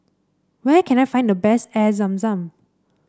where can I find the best Air Zam Zam